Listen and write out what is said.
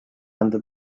anda